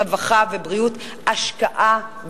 רווחה ובריאות השקעה,